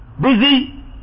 Busy